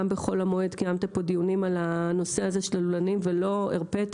גם בחול המועד קיימת פה דיונים בנושא הלולנים ולא הרפית